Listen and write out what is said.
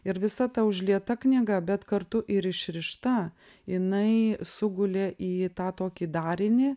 ir visa ta užlieta knyga bet kartu ir išrišta jinai sugulė į tą tokį darinį